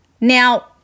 Now